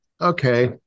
okay